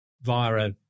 via